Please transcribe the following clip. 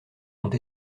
ont